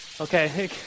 Okay